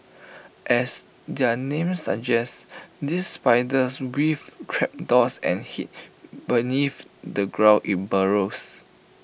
as their name suggests these spiders weave trapdoors and hid beneath the ground in burrows